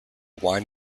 wine